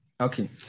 Okay